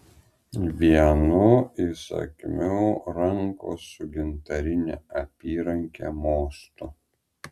vienu įsakmiu rankos su gintarine apyranke mostu